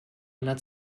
einer